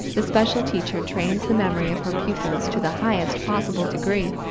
the special teacher trains the memory of her pupils to the highest possible degree,